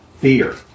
fear